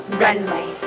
runway